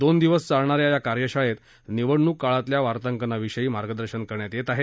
दोन दिवस चालणा या या कार्यशाळेत निवडणूक काळातल्या वार्तांकनाविषयी मार्गदर्शन करण्यात येणार आहे